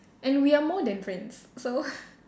and we are more than friends so